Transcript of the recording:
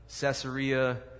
Caesarea